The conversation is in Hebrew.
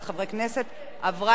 מוקדם בוועדה שתקבע ועדת הכנסת נתקבלה.